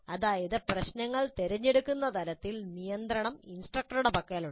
അതായത് പ്രശ്നങ്ങൾ തിരഞ്ഞെടുക്കുന്ന തലത്തിൽ നിയന്ത്രണം ഇൻസ്ട്രക്ടറുടെ പക്കലുണ്ട്